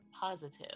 Positive